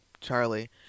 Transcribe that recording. charlie